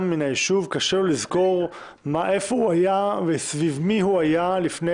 מן היישוב לזכור איפה הוא היה וסביב מי הוא היה לפני